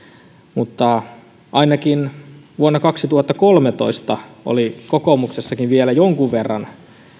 mutta ainakin vuonna kaksituhattakolmetoista oli kokoomuksessakin vielä jonkun verran